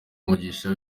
umugisha